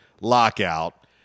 lockout